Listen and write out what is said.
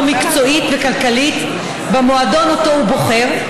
מקצועית וכלכלית במועדון שאותו הוא בוחר.